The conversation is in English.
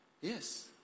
Yes